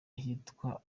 ahitwa